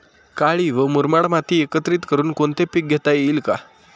काळी व मुरमाड माती एकत्रित करुन कोणते पीक घेता येईल का?